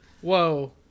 whoa